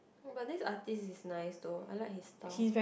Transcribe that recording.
but this artist is nice though I like his style